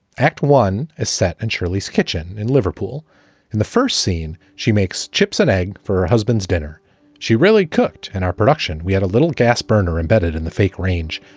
act one is set and shirleys kitchen in liverpool in the first scene. she makes chips, an egg for her husband's dinner she really cooked in our production. we had a little gas burner embedded in the fake range.